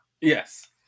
Yes